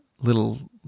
Little